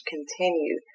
Continue